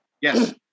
Yes